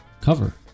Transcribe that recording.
cover